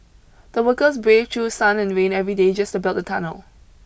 the workers braved through sun and rain every day just to build the tunnel